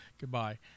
Goodbye